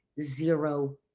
zero